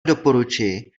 doporučuji